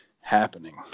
happening